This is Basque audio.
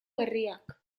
berriak